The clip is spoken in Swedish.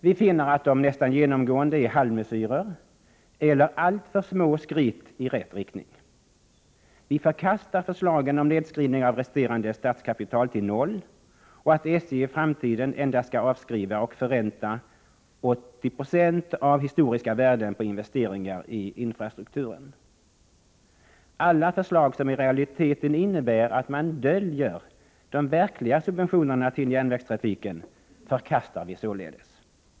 Vi finner att de nästan genomgående är halvmesyrer eller alltför små skritt i rätt riktning. Vi förkastar förslagen om nedskrivning av resterande statskapital till noll och att SJ i framtiden endast skall avskriva och förränta 80 20 av historiska värden när det gäller investeringar i infrastrukturen. Alla förslag som i realiteten innebär att man döljer de verkliga subventionerna till järnvägstrafiken förkastar vi likaledes.